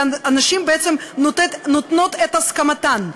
והנשים בעצם נותנות את הסכמתן,